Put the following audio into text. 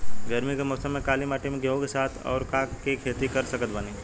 गरमी के मौसम में काली माटी में गेहूँ के साथ और का के खेती कर सकत बानी?